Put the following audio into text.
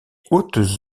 hautes